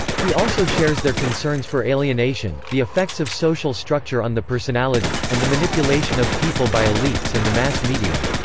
he also shares their concerns for alienation, the effects of social structure on the personality, and the manipulation of people by elites and the mass media.